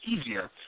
easier